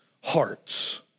hearts